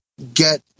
get